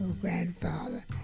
grandfather